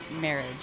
marriage